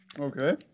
Okay